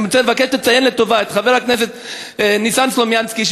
אני מבקש לציין לטובה את חבר הכנסת ניסן סלומינסקי,